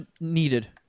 needed